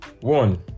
one